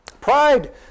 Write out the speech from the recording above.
Pride